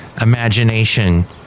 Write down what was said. imagination